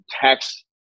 tax